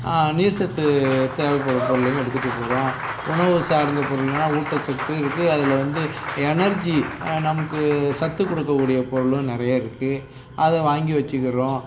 நீர் சத்து தேவைப்படும் பொருளையும் எடுத்துகிட்டு போகிறோம் உணவு சார்ந்த பொருள்னால் ஊட்டச்சத்து இருக்குது அதில் வந்து எனர்ஜி நமக்கு சத்து கொடுக்கக்கூடிய பொருளும் நிறைய இருக்குது அதை வாங்கி வச்சுக்கிறோம்